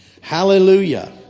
Hallelujah